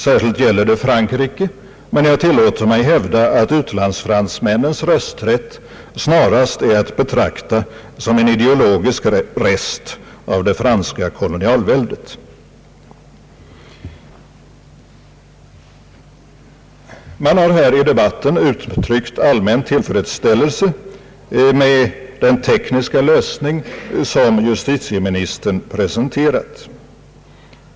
Särskilt gäller detta Frankrike, men jag tillåter mig hävda att utlandsfransmännens rösträtt snarast är att betrakta som en ideologisk rest av det franska kolonialväldet. Man har här i debatten uttryckt allmän tillfredsställelse med den tekniska lösning som justitieministern presenterat.